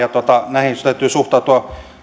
täytyy suhtautua